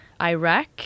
Iraq